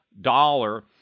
dollar